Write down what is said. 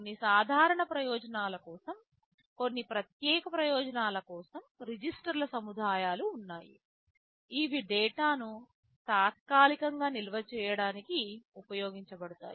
కొన్ని సాధారణ ప్రయోజనాల కోసం కొన్ని ప్రత్యేక ప్రయోజనాల కోసం రిజిస్టర్ల సముదాయాలు ఉన్నాయి ఇవి డేటా ను తాత్కాలికంగా నిల్వ చేయడానికి ఉపయోగించబడతాయి